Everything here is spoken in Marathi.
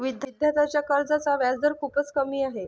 विद्यार्थ्यांच्या कर्जाचा व्याजदर खूपच कमी आहे